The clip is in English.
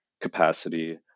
capacity